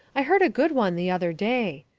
i heard a good one the other day,